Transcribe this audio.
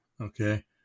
Okay